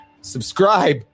Subscribe